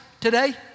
today